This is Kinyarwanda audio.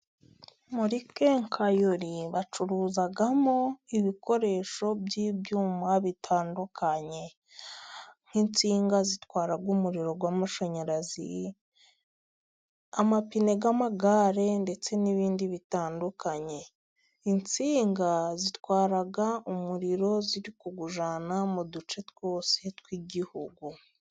Muri kenkayori bacuruzamo ibikoresho by'ibyuma bitandukanye, nk'insinga zitwara umuriro w'amashanyarazi, amapine y'amagare ndetse n'ibindi bitandukanye. Insinga zitwara umuriro ziri kuwujyana mu duce twose tw'igihugu.